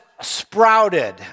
sprouted